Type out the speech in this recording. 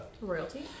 Royalty